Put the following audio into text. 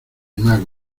magos